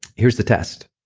here's the test.